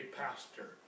pastor